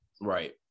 Right